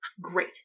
great